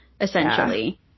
essentially